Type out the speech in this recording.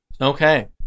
Okay